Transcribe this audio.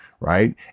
right